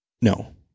no